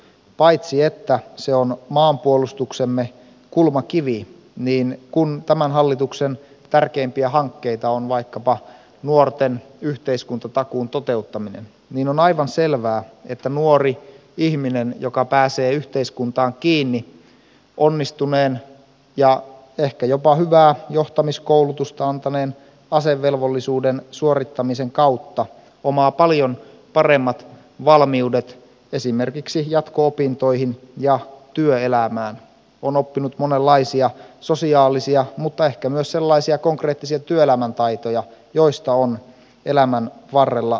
paitsi että se on maanpuolustuksemme kulmakivi niin kun tämän hallituksen tärkeimpiä hankkeita on vaikkapa nuorten yhteiskuntatakuun toteuttaminen niin on aivan selvää että nuori ihminen joka pääsee yhteiskuntaan kiinni onnistuneen ja ehkä jopa hyvää johtamiskoulutusta antaneen asevelvollisuuden suorittamisen kautta omaa paljon paremmat valmiudet esimerkiksi jatko opintoihin ja työelämään on oppinut monenlaisia sosiaalisia mutta ehkä myös sellaisia konkreettisia työelämän taitoja joista on elämän varrella hyötyä